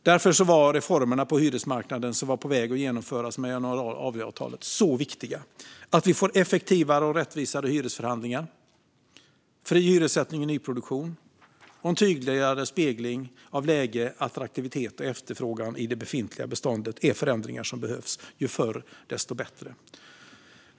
Därför var de reformer på hyresmarknaden som var på väg att genomföras med januariavtalet så viktiga. Effektivare och rättvisare hyresförhandlingar, fri hyressättning i nyproduktion och en tydligare spegling av läge, attraktivitet och efterfrågan i det befintliga beståndet är förändringar som behövs - ju förr, desto bättre.